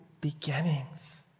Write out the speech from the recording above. beginnings